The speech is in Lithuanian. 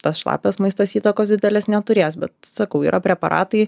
tas šlapias maistas įtakos didelės neturės bet sakau yra preparatai